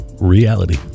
reality